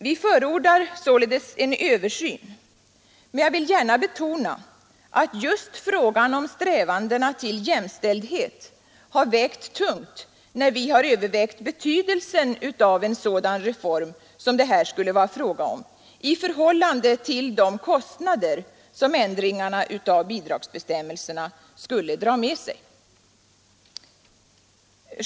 Vi förordar således en översyn, men jag vill gärna betona att just frågan om strävandena till jämställdhet har vägt tungt, när vi övervägt betydelsen av en sådan reform som det här skulle vara fråga om i förhållande till de kostnader som ändringarna av bidragsbestämmelserna skulle dra med sig.